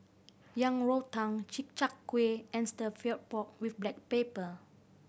Yang Rou Tang Chi Kak Kuih and stir pork with black pepper